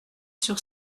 sur